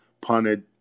punted